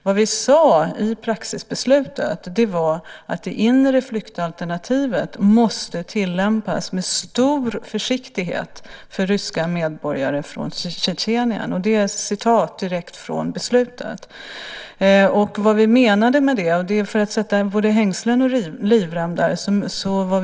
Vi sade i praxisbeslut att det inre flyktalternativet måste tillämpas med stor försiktighet för ryska medborgare från Tjetjenien. Det är ett citat direkt från beslutet. Det är för att sätta både hängslen och livrem där.